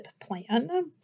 plan